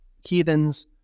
heathens